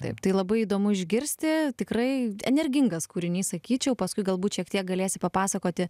taip tai labai įdomu išgirsti tikrai energingas kūrinys sakyčiau paskui galbūt šiek tiek galėsi papasakoti